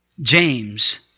James